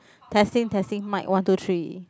testing testing mic one two three